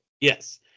Yes